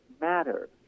matter